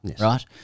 Right